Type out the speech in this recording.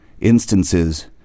instances